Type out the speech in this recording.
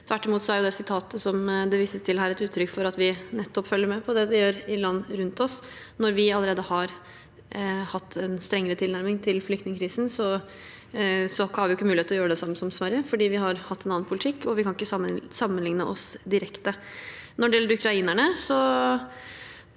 Tvert imot er det som ble sitert her, et uttrykk for at vi nettopp følger med på det de gjør i land rundt oss. Når vi allerede har hatt en strengere tilnærming til flyktningkrisen, har vi ikke mulighet til å gjøre det samme som Sverige, fordi vi har hatt en annen politikk, og vi kan ikke sammenligne oss direkte. Når det gjelder ukrainerne, har